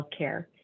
healthcare